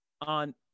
on